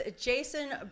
Jason